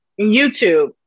YouTube